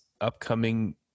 upcoming